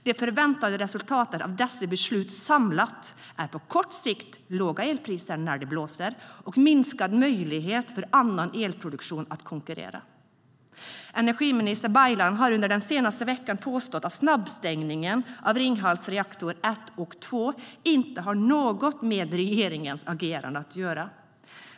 Det förväntade resultatet av dessa beslut samlat är på kort sikt låga elpriser när det blåser och minskade möjligheter för annan elproduktion att konkurrera. Energiminister Baylan har under den senaste veckan påstått att snabbstängningen av Ringhals reaktorer 1 och 2 inte har något med regeringens agerande att göra.